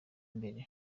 mbere